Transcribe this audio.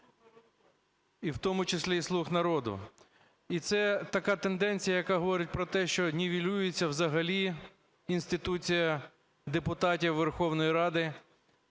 І в тому числі і "слуг народу". І це така тенденція, яка говорить про те, що нівелюється взагалі інституція депутатів Верховної Ради